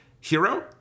Hero